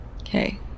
okay